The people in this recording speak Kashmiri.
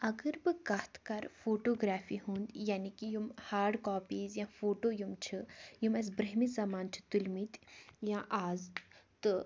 اَگر بہٕ کَتھ کَرٕ فوٗٹوٗگرٛافی ہنٛد یعنی کہِ یِم ہارڈ کاپیٖز یا فوٗٹوٗ یِم چھِ یِم اسہِ برٛونٛہمہِ زَمانہٕ چھِ تُلۍ مٕتۍ یا آز تہٕ